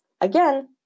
again